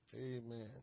Amen